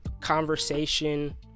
conversation